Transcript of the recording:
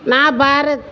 నా భారత్